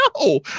no